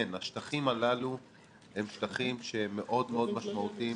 כן, השטחים הללו הם שטחים מאוד מאוד משמעותיים